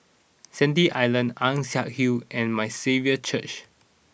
Sandy Island Ann Siang Hill and My Saviour's Church